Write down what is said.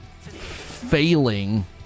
failing